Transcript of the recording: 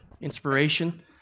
inspiration